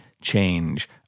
change